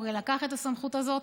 הוא הרי לקח את הסמכות הזאת,